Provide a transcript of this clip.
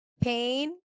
pain